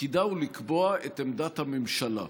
תפקידה הוא לקבוע את עמדת הממשלה.